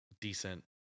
decent